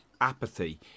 apathy